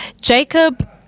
Jacob